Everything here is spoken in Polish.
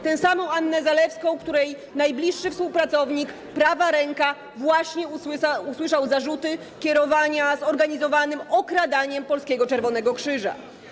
Tę samą Annę Zalewską, której najbliższy współpracownik, prawa ręka, właśnie usłyszał zarzuty kierowania zorganizowanym okradaniem Polskiego Czerwonego Krzyża.